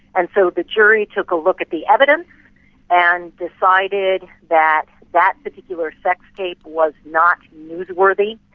and so the jury took a look at the evidence and decided that that particular sex tape was not newsworthy,